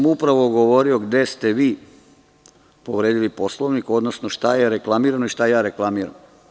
Upravo sam govorio gde ste vi povredili Poslovnik, odnosno šta je reklamirano i šta ja reklamiram.